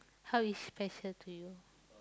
how is special to you